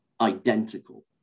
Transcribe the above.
identical